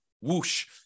whoosh